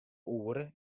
oere